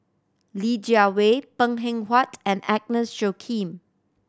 Li Jiawei Png Eng Huat and Agnes Joaquim